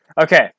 Okay